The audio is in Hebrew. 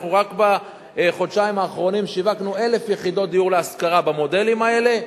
רק בחודשיים האחרונים שיווקנו 1,000 יחידות דיור להשכרה במודלים האלה,